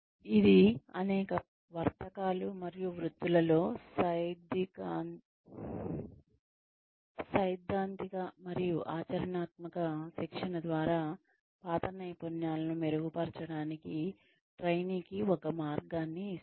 ఇది అనేక వర్తకాలు మరియు వృత్తులలో సైద్ధాంతిక మరియు ఆచరణాత్మక శిక్షణ ద్వారా పాత నైపుణ్యాలను మెరుగుపరచడానికి ట్రైనీకి ఒక మార్గాన్ని ఇస్తుంది